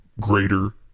greater